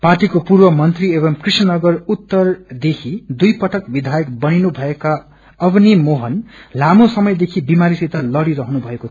पार्टीको पूर्व मंत्री एवं कृष्णनगर उत्तरदेखि दुई पट विधायक बनिनु भएका अवनी मोहन लामो समयदेखि विमारी सित लडिरहनुभकऐ